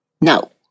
No